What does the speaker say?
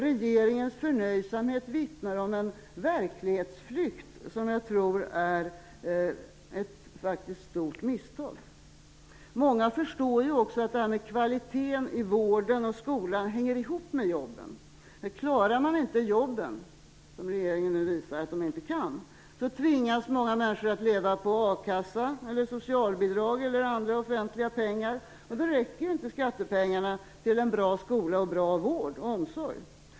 Regeringens förnöjsamhet vittnar om en verklighetsflykt, som jag tror är ett stort misstag. Många förstår också att detta med kvaliteten i vården och skolan hänger ihop med jobben. Men klarar man inte jobben, som regeringen nu visar att man inte kan, tvingas många människor att leva på a-kassa, socialbidrag eller andra offentliga pengar och då räcker ju inte skattepengarna till en bra skola och en bra vård och omsorg.